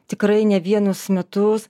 tikrai ne vienus metus